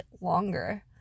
longer